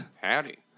Howdy